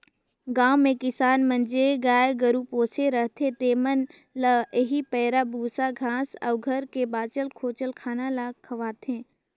गाँव में किसान मन जेन गाय गरू पोसे रहथें तेमन ल एही पैरा, बूसा, घांस अउ घर कर बांचल खोंचल खाना ल खवाथें